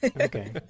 Okay